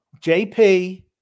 JP